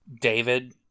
David